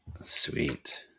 Sweet